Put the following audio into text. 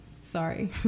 sorry